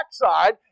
backside